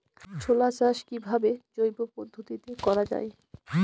ছোলা চাষ কিভাবে জৈব পদ্ধতিতে করা যায়?